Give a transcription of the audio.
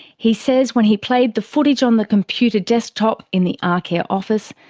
he says when he played the footage on the computer desktop in the arcare office,